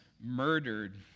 murdered